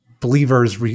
believer's